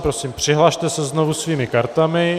Prosím přihlaste se znovu svými kartami.